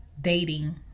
dating